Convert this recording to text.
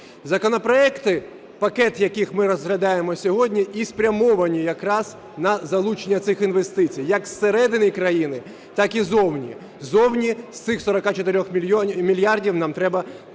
Законопроекти, пакет яких ми розглядаємо сьогодні, і спрямовані якраз на залучення цих інвестицій як зсередини країни, так і ззовні. Ззовні з цих 44 мільярдів нам треба 10